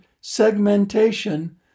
segmentation